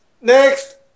next